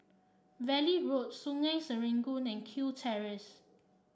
Valley Road Sungei Serangoon and Kew Terrace